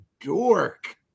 dork